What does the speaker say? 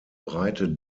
breite